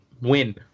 win